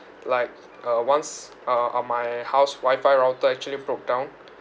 like uh once uh uh my house wifi router actually broke down